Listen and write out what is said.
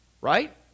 right